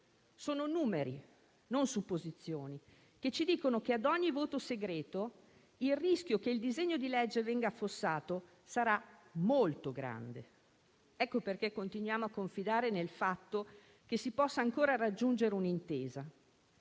Sono numeri, non supposizioni, che ci dicono che, ad ogni voto segreto, il rischio che il disegno di legge venga affossato sarà molto grande. Ecco perché continuiamo a confidare nel fatto che si possa ancora raggiungere un'intesa.